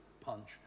punch